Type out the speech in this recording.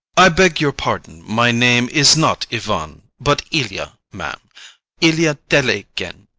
i beg your pardon, my name is not ivan, but ilia, ma'am ilia telegin,